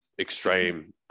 extreme